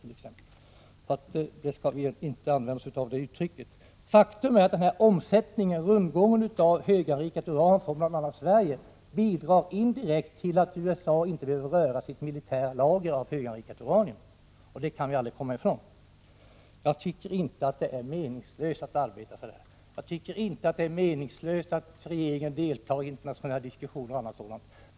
Ordet förbränna skall vi alltså inte använda OSS av. Faktum är att rundgången av höganrikat uran från bl.a. Sverige indirekt bidrar till att USA inte vill röra sitt militära lager av höganrikat uranium. Det kan vi aldrig komma ifrån. Jag tycker inte att det är meningslöst att arbeta för det här. Det är inte heller meningslöst att regeringen deltar i internationella diskussioner och annat sådant.